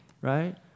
right